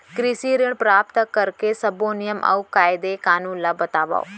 कृषि ऋण प्राप्त करेके सब्बो नियम अऊ कायदे कानून ला बतावव?